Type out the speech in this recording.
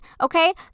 okay